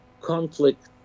conflict